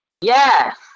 yes